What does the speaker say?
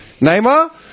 Neymar